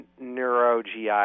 neuro-GI